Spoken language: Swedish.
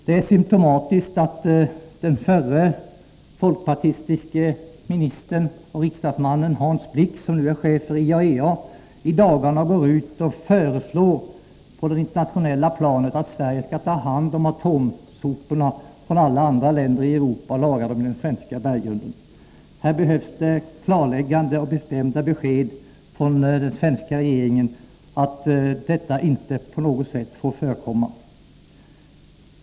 Det är symtomatiskt att den förre folkpartistiske ministern och riksdagsmannen Hans Blix, som nu är chef för IAEA, i dagarna går ut och föreslår på det internationella planet att Sverige skall ta hand om atomsoporna från alla andra länder i Europa och lagra dem i den svenska berggrunden. Här behövs det klarläggande och bestämda besked från den svenska regeringen att detta inte på något sätt får förekomma.